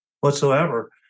whatsoever